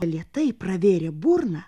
lėtai pravėrė burną